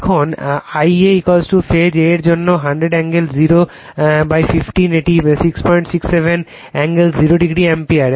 এখন I a phase a এর জন্য 100 অ্যাঙ্গেল 0 15 এটি 667 অ্যাঙ্গেল 0o অ্যাম্পিয়ার